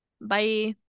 bye